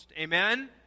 Amen